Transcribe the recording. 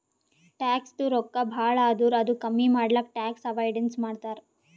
ಟ್ಯಾಕ್ಸದು ರೊಕ್ಕಾ ಭಾಳ ಆದುರ್ ಅದು ಕಮ್ಮಿ ಮಾಡ್ಲಕ್ ಟ್ಯಾಕ್ಸ್ ಅವೈಡನ್ಸ್ ಮಾಡ್ತಾರ್